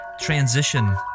transition